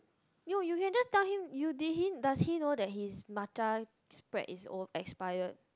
no you can just tell him you did he does he know that his matcha spread is old expired